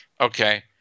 Okay